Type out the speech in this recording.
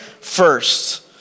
first